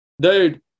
dude